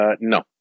no